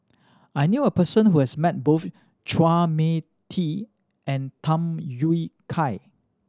I knew a person who has met both Chua Mia Tee and Tham Yui Kai